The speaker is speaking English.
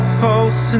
false